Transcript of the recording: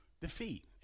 defeat